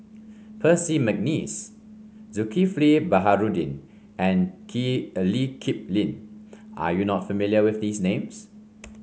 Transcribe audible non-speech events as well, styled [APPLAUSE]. Percy McNeice Zulkifli Baharudin and Kip [HESITATION] Lee Kip Lin are you not familiar with these names